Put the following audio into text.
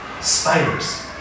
Spiders